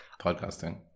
podcasting